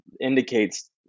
indicates